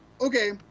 okay